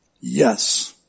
Yes